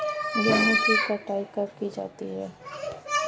गेहूँ की कटाई कब की जाती है?